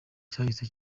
cyahise